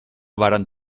varen